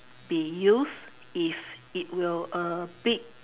be used if it were a big